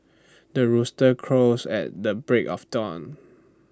the rooster crows at the break of dawn